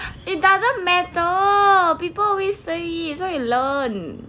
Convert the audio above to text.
it doesn't matter people always say so you learn